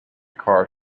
car